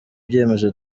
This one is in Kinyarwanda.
byemezo